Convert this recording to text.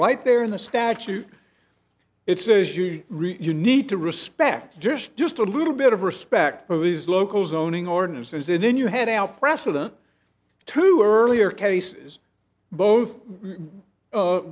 right there in the statute it's really you need to respect just just a little bit of respect for these local zoning ordinances and then you head out precedent to earlier cases both